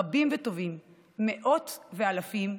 רבים וטובים, מאות ואלפים,